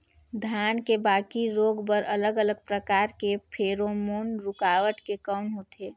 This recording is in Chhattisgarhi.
धान के बाकी रोग बर अलग अलग प्रकार के फेरोमोन रूकावट के कौन होथे?